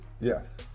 Yes